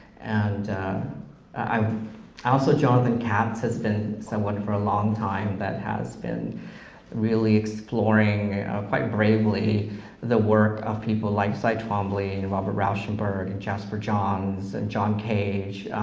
and i mean also johnathan katz has been someone for a long time that has been really exploring quite bravely the work of people like cy twombly and robert rauschenberg, and jasper johns, and john cage,